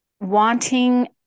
wanting